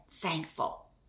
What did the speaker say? thankful